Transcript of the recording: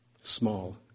small